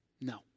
No